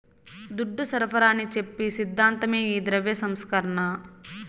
దుడ్డు సరఫరాని చెప్పి సిద్ధాంతమే ఈ ద్రవ్య సంస్కరణ